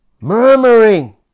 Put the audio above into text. Murmuring